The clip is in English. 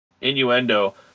innuendo